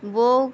وہ